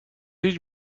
هیچ